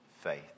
faith